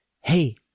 Hey